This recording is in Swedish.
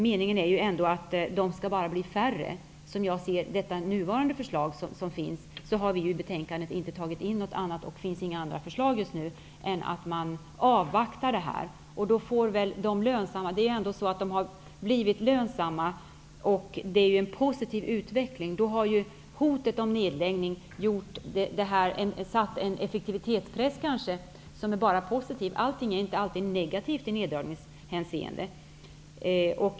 Meningen är ändå att de bara skall bli färre. Som jag ser det nuvarande förslaget har vi i betänkandet inte tagit in något annat, och det finns inga andra förslag just nu än att man avvaktar det här. De här advokatbyråerna har ändå blivit lönsamma. Det är positiv utveckling. Då har hotet om nedläggning satt en effektivitetspress på dem som kanske bara är positiv. Allting är inte alltid negativt i neddragningshänseende.